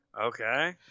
Okay